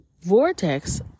vortex